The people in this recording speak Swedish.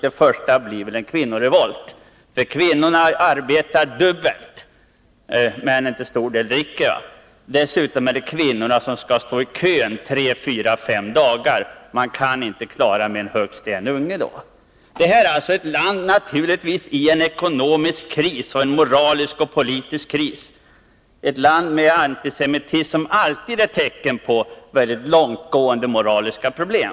Jag har talat med en Sovjetkännare, som sade att det första som kommer att hända sannolikt blir en kvinnorevolt. Det är kvinnorna som skall stå i kö tre, fyra eller fem timmar om dagen, och då kan de inte klara av mer än ett barn. Det är naturligtvis ett land i ekonomisk, moralisk och politisk kris, ett land med antisemitism, vilket alltid är tecken på mycket långtgående moraliskt förfall.